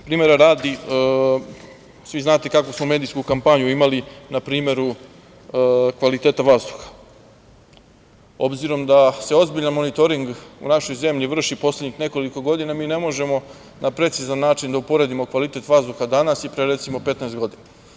Primera radi, svi znate kakvu smo medijsku kampanju imali npr. kvaliteta vazduha, obzirom da se ozbiljan monitoring u našoj zemlji vrši poslednjih nekoliko godina, mi ne možemo na precizan način da uporedimo kvalitet vazduha danas i pre 15 godina.